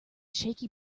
shaky